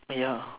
ya